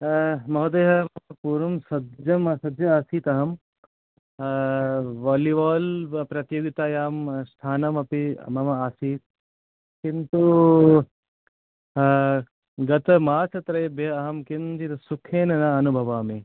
महोदयः पूर्वं सज्जं सज्ज आसीत् अहं वालिवाल् प्रतियोगितायां स्थानमपि मम आसीत् किन्तु गत मासत्रयेभ्यः अहं किञ्चित् सुखेन न अनुभवामि